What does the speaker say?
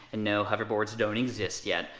and no, hoverboards don't exist yet.